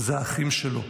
הוא האחים שלו.